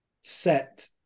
set